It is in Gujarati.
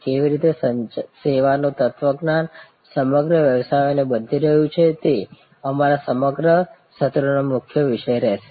કેવી રીતે સેવાનું તત્વજ્ઞાન સમગ્ર વ્યવસાયોને બદલી રહ્યું છે તે અમારા સમગ્ર સત્રો નો મુખ્ય વિષય હશે